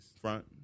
front